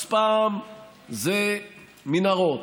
אז פעם זה מנהרות